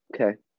Okay